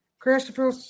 Christopher